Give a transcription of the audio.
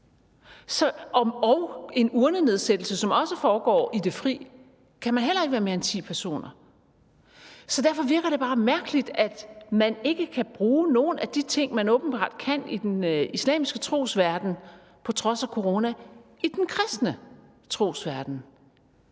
til en urnenedsættelse, som også foregår i det fri, kan man heller ikke være mere end ti personer. Så derfor virker det bare mærkeligt, at man ikke kan nogen af de ting, man på trods af corona åbenbart kan i den islamiske trosverden, i den kristne trosverden.